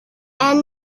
and